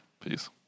Peace